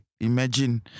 imagine